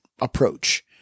approach